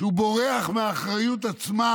שהוא בורח מהאחריות עצמה